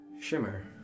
shimmer